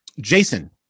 Jason